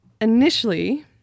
initially